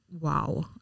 Wow